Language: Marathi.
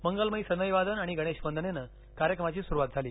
मंगलमय सनई वादन आणि गणेशवंदनेनं कार्यक्रमाची सुरुवात झाली